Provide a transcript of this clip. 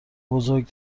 بزرگ